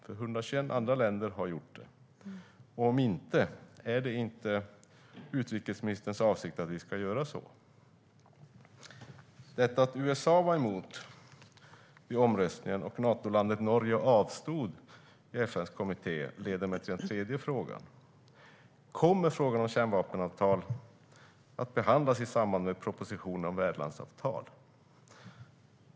121 andra länder har gjort det. Om inte, är det inte utrikesministerns avsikt att vi ska göra så? Att USA var emot vid omröstningen och Natolandet Norge avstod i FN:s kommitté leder mig till den tredje frågan. Kommer frågan om kärnvapen att behandlas i samband med propositionen om ett värdlandsavtal?